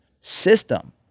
system